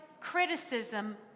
criticism